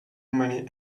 many